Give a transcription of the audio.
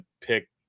pick